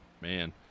man